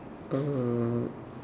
uh